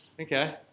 okay